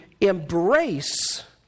embrace